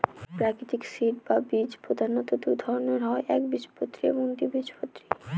প্রাকৃতিক সিড বা বীজ প্রধানত দুই ধরনের হয় একবীজপত্রী এবং দ্বিবীজপত্রী